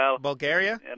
Bulgaria